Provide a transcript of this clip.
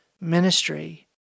ministry